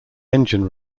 engine